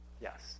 Yes